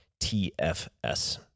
TFS